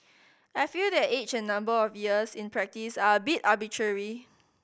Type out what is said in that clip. I feel that age and number of years in practice are a bit arbitrary